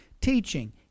teaching